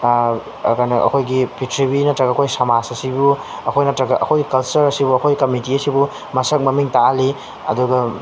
ꯀꯩꯅꯣ ꯑꯩꯈꯣꯏꯒꯤ ꯄ꯭ꯔꯤꯊꯤꯕꯤ ꯅꯠꯇ꯭ꯔꯒ ꯑꯩꯈꯣꯏ ꯁꯃꯥꯖ ꯑꯁꯤꯕꯨ ꯑꯩꯈꯣꯏ ꯅꯠꯇ꯭ꯔꯒ ꯑꯩꯈꯣꯏꯒꯤ ꯀꯜꯆꯔ ꯑꯁꯤꯕꯨ ꯑꯩꯈꯣꯏ ꯀꯝꯃ꯭ꯌꯨꯅꯤꯇꯤ ꯑꯁꯤꯕꯨ ꯃꯁꯛ ꯃꯃꯤꯡ ꯇꯥꯛꯍꯜꯂꯤ ꯑꯗꯨꯒ